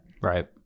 Right